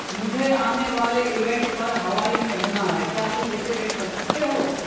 مجھے آنے والے ایونٹ پر ہوائی میں ہونا ہے کیا تم اسے ایڈ کر سکتے ہو